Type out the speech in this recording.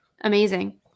Amazing